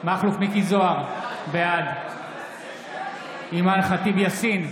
מכלוף מיקי זוהר, בעד אימאן ח'טיב יאסין,